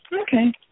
Okay